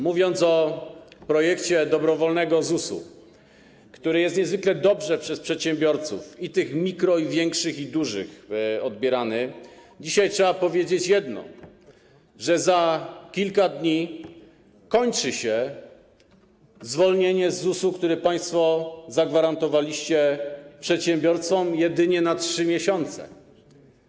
Mówiąc o projekcie dobrowolnego ZUS-u, który jest niezwykle dobrze przez przedsiębiorców, i tych mikro-, i większych, i dużych, odbierany, dzisiaj trzeba powiedzieć jedno, że za kilka dni kończy się zwolnienie z ZUS-u, które państwo zagwarantowaliście przedsiębiorcom jedynie na 3 miesiące.